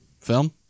Film